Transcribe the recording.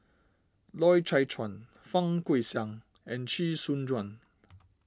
Loy Chye Chuan Fang Guixiang and Chee Soon Juan